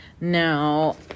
now